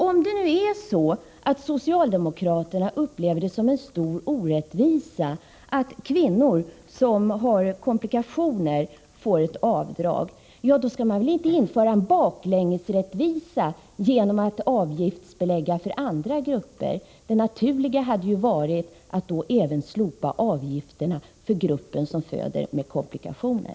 Om det nu är så, att socialdemokraterna upplever det som en orättvisa att kvinnor som har komplikationer får ett avdrag, skall man väl inte införa baklängesrättvisa genom att avgiftsbelägga för andra grupper. Det naturliga hade varit att slopa avgifterna även för gruppen som föder med komplikationer.